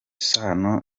sano